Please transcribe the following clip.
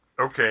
Okay